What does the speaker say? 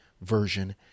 version